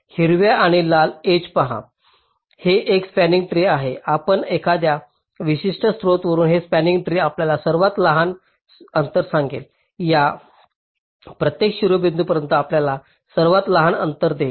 हिरव्या आणि लाल एज पहा हे एक स्पंनिंग ट्री आहे म्हणून एखाद्या विशिष्ट स्त्रोतावरून हे स्पंनिंग ट्री आपल्याला सर्वात लहान अंतर सांगेल या प्रत्येक शिरोबिंदूपर्यंत आपल्याला सर्वात लहान अंतर देईल